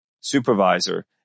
supervisor